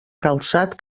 calçat